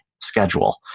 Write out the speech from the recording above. schedule